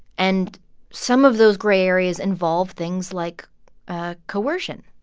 and some of those gray areas involve things like ah coercion